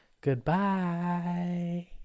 Goodbye